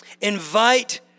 Invite